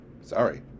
Sorry